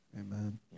Amen